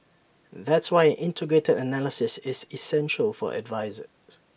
that's why an integrated analysis is essential for advertisers